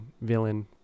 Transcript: villain